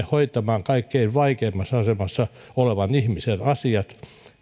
hoitamaan kaikkein vaikeimmassa asemassa olevan ihmisen asiat